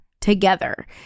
together